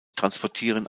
transportieren